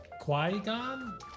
Qui-Gon